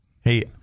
Hey